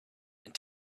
and